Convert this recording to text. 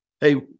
hey